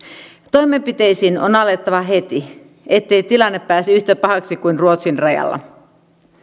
toimenpiteisiin on alettava heti ettei tilanne pääse yhtä pahaksi kuin ruotsin rajalla